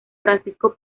francisco